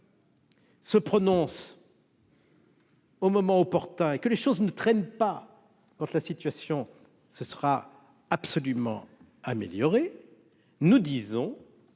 Se prononce. Au moment opportun et que les choses ne traînent pas dans la situation, ce sera absolument améliorer, nous disons